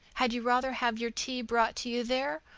had you rather have your tea brought to you there,